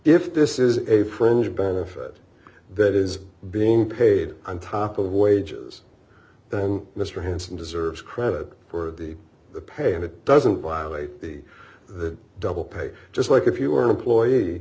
if this is a fringe benefit that is being paid on top of wages then mr hanson deserves credit for the the pay and it doesn't violate the double pay just like if you are an employee